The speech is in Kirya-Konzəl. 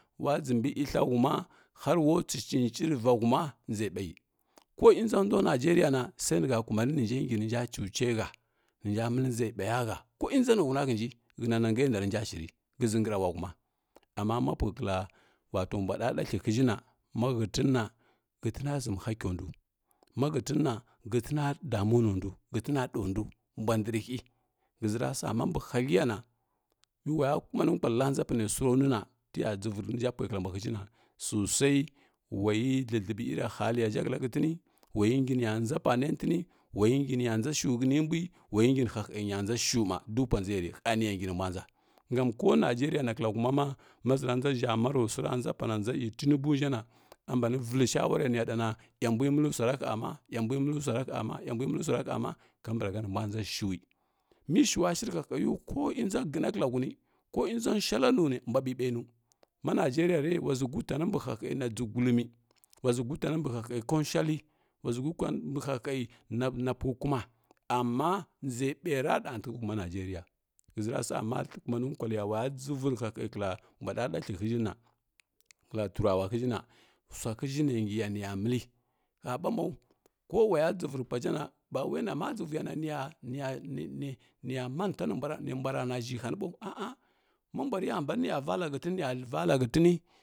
Wo dʒəmbə iyathlaghuma har wa tswi conci rə va huma ndʒə bay kə yndʒa ko nduja nigəria na sai nəha kumani nə hənja cucoi hanə nja məllə ndʒə baiya ha ko iynɗʒənu humna hənji hənananga na rənja shiri həʒə ngəra wa huma amma mo pukəlla mbwa ɗaɗa thlia hiʒhi na mo hətəna – hətəna ʒəmə hakyau ndw ma hətən na hətəna damu nə ndw hətəna ɗawo ndw mbwa ɗəghərə hi həʒə ra sa ma mbə hadləghə ya na mə waya kumani wallə pa nə swai ro nwi na tə ya dʒəvoi rə niʒha ha hai kəlla niʒha mbw na sosai wayi thləthlə ɓai iyrce halləya həʒhə kəlla hətəni wa yi ngi niya ndʒa pa nə təni wayi ngi nə ya nʒa pa nə təni wayi ngi niya ndʒa shəwi hənə mbwi, wayə ngi nə hahənya ndʒa shəar ma duk pwa ndʒə rə ha nə ya ngi nəmwa ndʒa gom ko nigəria na kəlla huma ma ma ʒəra ndʒa ʒhəa marəswai ra ndʒa pana ndʒa iyə tinibu ʒha na a mbanə vəllə shawarə nə ya da na iya mbwi məllə sura ha ma-iya mbwə məllə sura ha ma-iya mbwə məllə sura ha ma kambar ha nə mbwa ndʒa shəwi inə shəwa shi rə hahə wi ko iy əndʒa kəna kəka huny ko iyndʒa shwalla nəwi ni mbwa ɓaiɓai nəwi ma nigəria rə wa ʒə gulanə mbə hahəna ɗʒə guləmi wa ʒə guynə mbə həhə kun-shwalli waʒə gulanə mbə hahə na puəgh kuma amma ndʒə mbay ra dəgha ntəghə huma nigəria həʒəra sa ma kuma nə kwallə ya na wa ya dʒəvoi rə hahə kəllə mbwa ɗaɗothly həʒhi na kəlla turawa həʒhə na swa həʒhə nə ngiya nə ya məllə ha bo mau ko wa yo həʒhə nə ngiya nə ya məllə ha bo mau ko wa ya dʒəvoi ro ʒha na ba wai mə waya dʒəvoi vo pua ʒha na ba wai na mə wayo dʒʒvoi na nəya-nəya nə nəya mantanə nə mbwa rana ʒhi hanə ɓaw a-a ma mbwa rə ya mba nə nə ya valla hətəni ni ya valla hətəni.